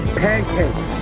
pancakes